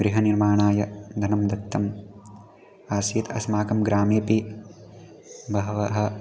गृहनिर्माणाय धनं दत्तम् आसीत् अस्माकं ग्रामेपि बहवः